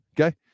Okay